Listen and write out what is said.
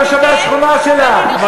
תושבי השכונה שלך,